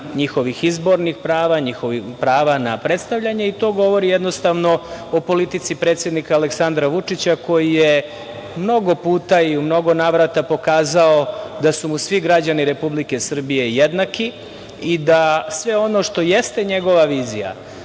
njihovih izbornih prava, prava na predstavljanje i to govori jednostavno o politici predsednika Aleksandra Vučića koji je mnogo puta i u mnogo navrata pokazao da su mu svi građani Republike Srbije jednaki i da sve ono što jeste njegova vizija,